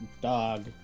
dog